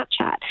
Snapchat